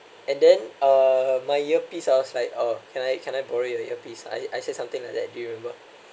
and then uh my earpiece I was like uh can I can I borrow your earpiece ah I I said something like that do you remember